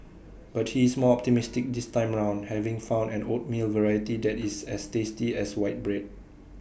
but he is more optimistic this time round having found an oatmeal variety that is as tasty as white bread